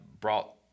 brought